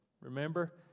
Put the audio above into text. Remember